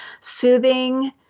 soothing